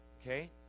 okay